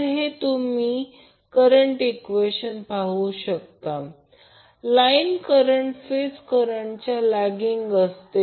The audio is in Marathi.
तर हे तुम्ही करंट इक्वेशन पाहू शकता की लाईन करंट फेज करंटच्या 30 लॅगिंग असते